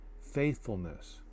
faithfulness